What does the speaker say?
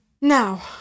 now